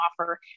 offer